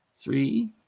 three